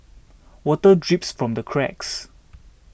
water drips from the cracks